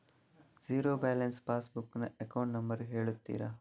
Zero balance pass book ನ account number ಹೇಳುತ್ತೀರಾ?